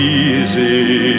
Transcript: easy